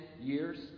years